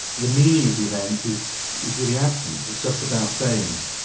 the meaning of the event is is really absent, it's just about fame.